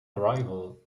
arrival